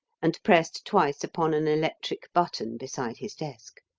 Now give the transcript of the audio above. and pressed twice upon an electric button beside his desk.